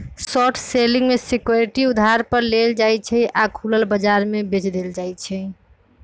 short selling में security उधार पर लेल जाइ छइ आऽ खुलल बजार में बेच देल जाइ छइ